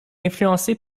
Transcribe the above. influencé